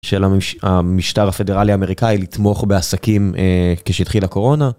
של המשטר הפדרלי האמריקאי לתמוך בעסקים כשהתחילה הקורונה.